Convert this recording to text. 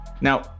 Now